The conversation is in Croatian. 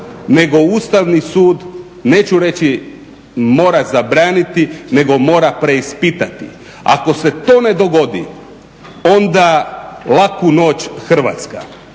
nego Ustavni sud, neću reći mora zabraniti nego mora preispitati. Ako se to ne dogodi, onda laku noć Hrvatska